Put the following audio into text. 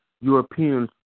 Europeans